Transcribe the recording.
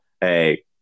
hey